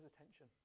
attention